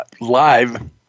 live